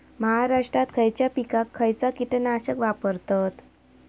महाराष्ट्रात खयच्या पिकाक खयचा कीटकनाशक वापरतत?